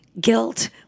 guilt